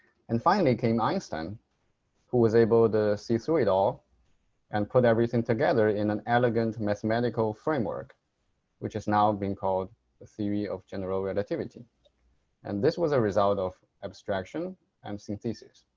and finally, came einstein who was able to see through it all and put everything together in an elegant mathematical framework which has now been called the theory of general relativity and this was a result of abstraction and synthesis.